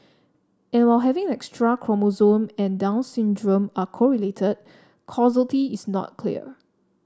and while having an extra chromosome and Down syndrome are correlated causality is not clear